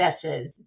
successes